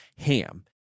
Ham